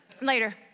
Later